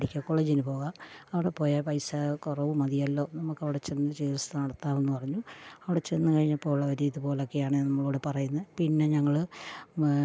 medical കോളേജിന് പോകാം അവിടെ പോയാൽ പൈസ കുറവ് മതിയല്ലോ നമുക്ക് അവിടെ ചെന്ന് ചികിത്സ നടത്താമെന്ന് പറഞ്ഞു അവിടെ ചെന്ന് കഴിഞ്ഞപ്പോൾ അവർ ഇതുപോലെ ഒക്കെയാണ് നമ്മളോട് പറയുന്നത് പിന്നെ ഞങ്ങൾ